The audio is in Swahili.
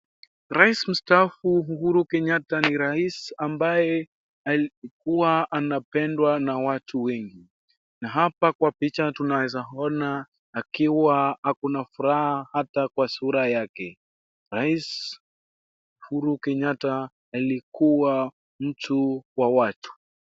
Rais mstahafu Rais Uhuru Kenyatta ni rais ambaye alikuwa anapendwa na watu wengi. Na hapa kwa picha tunaweza ona akiwa ako na furaha hata kwa sura yake. Rais Uhuru Kenyatta alikuwa mtu wa watu.